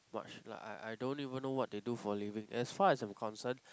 much like I I don't even know what they do for a living as far as I'm concern